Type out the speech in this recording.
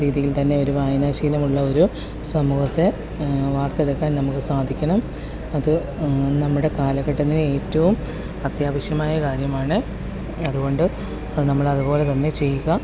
നല്ല രീതിയിൽതന്നെ ഒരു വായനാശീലം ഉള്ള ഒരു സമൂഹത്തെ വാർത്തെടുക്കാൻ നമുക്ക് സാധിക്കണം അത് നമ്മുടെ കാലഘട്ടത്തിലെ ഏറ്റവും അത്യാവശ്യമായ കാര്യമാണ് അതുകൊണ്ട് അത് നമ്മൾ അതുപോലെത്തന്നെ ചെയ്യുക